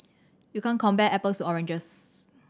you can't compare apples oranges